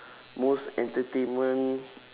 most entertainment